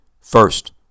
First